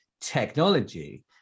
technology